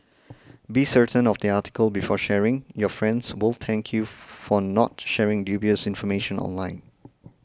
be certain of the article before sharing your friends will thank you for not sharing dubious information online